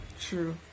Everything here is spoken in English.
true